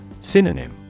Synonym